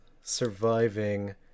surviving